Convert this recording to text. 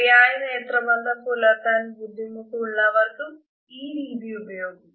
ശരിയായ നേത്രബന്ധം പുലർത്താൻ ബുദ്ധിമുട്ട് ഉള്ളവർക്കും ഈ രീതി ഉപയോഗിക്കാം